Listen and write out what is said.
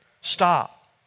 Stop